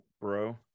bro